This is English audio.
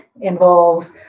involves